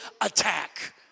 attack